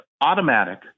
automatic